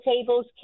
tables